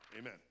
Amen